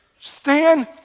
stand